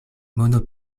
mono